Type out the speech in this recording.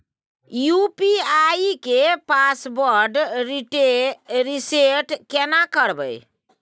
UPI के password reset केना करबे?